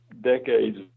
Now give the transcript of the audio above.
decades